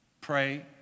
pray